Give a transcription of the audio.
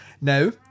Now